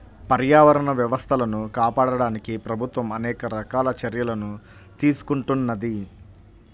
పర్యావరణ వ్యవస్థలను కాపాడడానికి ప్రభుత్వం అనేక రకాల చర్యలను తీసుకుంటున్నది